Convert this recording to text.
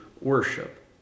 worship